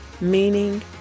meaning